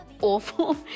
awful